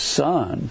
son